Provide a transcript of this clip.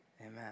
Amen